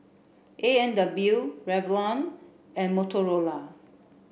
A and W Revlon and Motorola